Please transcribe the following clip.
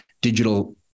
digital